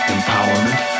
Empowerment